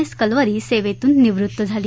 S Kalvari सेवेतून निवृत्त झाली